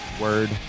Word